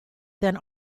than